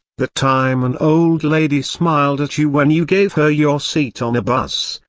the time an old lady smiled at you when you gave her your seat on a bus,